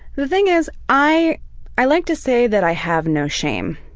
the thing is, i i like to say that i have no shame.